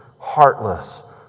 heartless